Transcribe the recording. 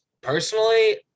personally